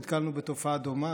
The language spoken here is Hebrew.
נתקלו בתופעה דומה,